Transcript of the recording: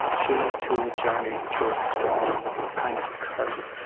she too journeyed through a storm, a kind of curse,